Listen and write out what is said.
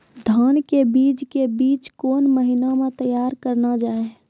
धान के बीज के बीच कौन महीना मैं तैयार करना जाए?